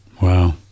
Wow